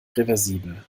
reversibel